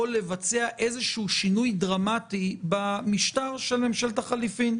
או לבצע איזשהו שינוי דרמטי במשטר של ממשלת החילופים,